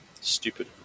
Stupid